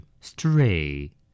Stray